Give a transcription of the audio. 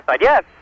Yes